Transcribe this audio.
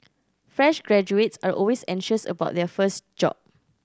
fresh graduates are always anxious about their first job